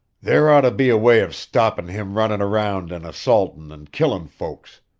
there ought to be a way of stoppin' him runnin' around and assaultin' and killin' folks.